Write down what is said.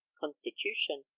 constitution